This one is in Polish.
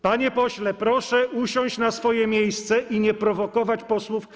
Panie pośle, proszę usiąść na swoje miejsce i nie prowokować posłów opozycji.